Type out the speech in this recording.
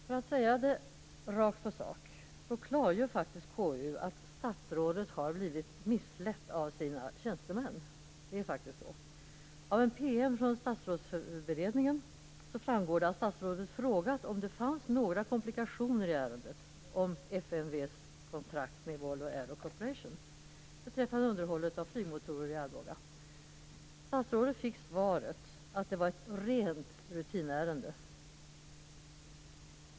För att säga det rakt på sak klargör KU att statsrådet har blivit misslett av sina tjänstemän. Det är faktiskt så. Av en PM från Statsrådsberedningen framgår det att statsrådet frågat om det fanns några komplikationer i ärendet om FMV:s kontrakt med Volvo Aero Statsrådet fick svaret att det var ett rent rutinärende.